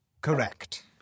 Correct